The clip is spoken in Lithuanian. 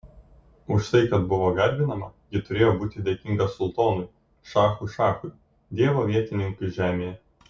už tai kad buvo garbinama ji turėjo būti dėkinga sultonui šachų šachui dievo vietininkui žemėje